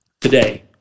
today